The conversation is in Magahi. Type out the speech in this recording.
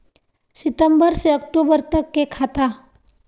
सितम्बर से अक्टूबर तक के खाता?